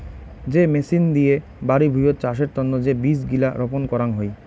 যে মেচিন দিয়ে বাড়ি ভুঁইয়ত চাষের তন্ন যে বীজ গিলা রপন করাং হই